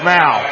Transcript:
now